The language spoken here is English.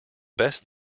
best